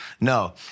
No